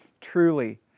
truly